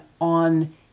on